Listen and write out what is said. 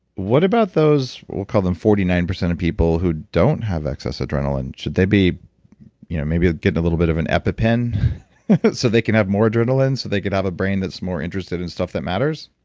what about those, we'll call them forty nine percent of people who don't have excess adrenaline? should they be you know maybe getting a little bit of an epi pen but so they can have more adrenaline so they can have a brain that's more interested in stuff that matters?